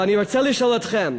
ואני רוצה לשאול אתכם: